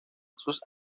sus